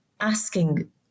asking